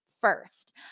first